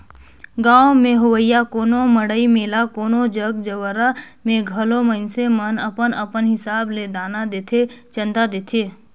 गाँव में होवइया कोनो मड़ई मेला कोनो जग जंवारा में घलो मइनसे मन अपन अपन हिसाब ले दान देथे, चंदा देथे